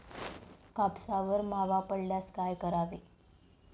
कापसावर मावा पडल्यास काय करावे?